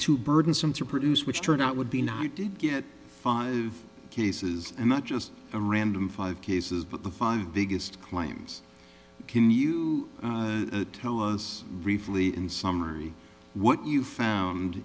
too burdensome to produce which turned out would be not did get five cases and not just a random five cases but the five biggest claims can you tell us briefly in summary what you found